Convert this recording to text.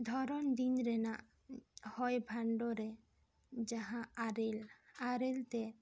ᱫᱷᱚᱨᱚᱱ ᱫᱤᱱ ᱨᱮᱱᱟᱜ ᱦᱚᱭ ᱵᱷᱟᱱᱰᱚ ᱨᱮ ᱡᱟᱦᱟᱸ ᱟᱨᱮᱞ ᱟᱨᱮᱞ ᱛᱮ